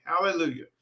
Hallelujah